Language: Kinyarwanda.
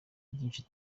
byinshi